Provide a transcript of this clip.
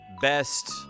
best